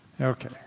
Okay